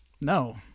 No